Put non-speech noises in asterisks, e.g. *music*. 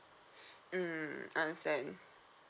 *breath* mm understand